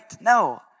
No